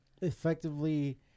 effectively